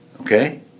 Okay